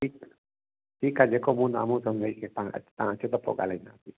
ठीकु ठीकु आहे जेको बि हूंदो आम्हूं साम्हूं वेही करे तव्हां अचो तव्हां अचो त पोइ ॻाल्हाईंदासीं